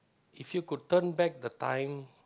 if you could turn back the time